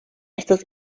estas